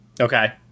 Okay